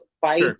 fight